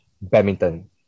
badminton